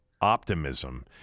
optimism